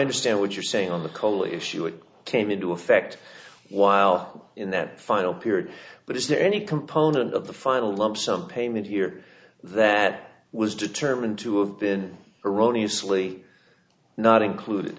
understand what you're saying on the call issue it came into effect while in that final period but is there any component of the final lump sum payment year that was determined to have been erroneous willie not included